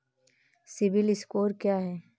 CIBIL score क्या है?